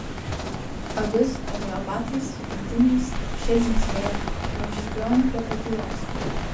abis avėjo batais su pentinais šie dzingsėjo jam žirgliojant prie pakylos